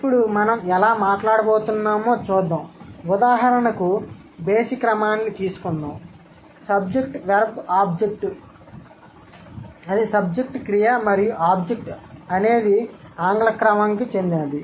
ఇప్పుడు మనం ఎలా మాట్లాడబోతున్నామో చూద్దాం ఉదాహరణకు బేసి క్రమాన్ని తీసుకుందాం SVO సబ్జెక్ట్ క్రియ మరియు ఆబ్జెక్ట్ అనేది ఆంగ్ల క్రమంకి చెందింది